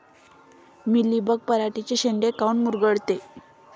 Mealybug पराटीचे चे शेंडे काऊन मुरगळते?